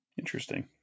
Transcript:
Interesting